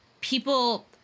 people